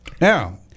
Now